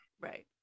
Right